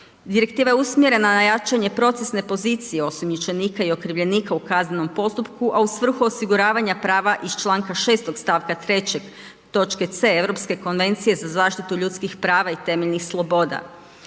Direktiva je usmjerena na jačanje procesne pozicije osumnjičenika i okrivljenika u kaznom postupku a u svrhu osiguravanja prava iz članka 6., stavka 3., točke C Europske konvencije za zaštitu ljudskih prava i temeljnih sloboda.